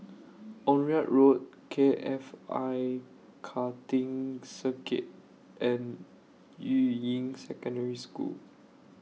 Onraet Road K F I Karting Circuit and Yuying Secondary School